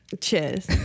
Cheers